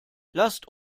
lasst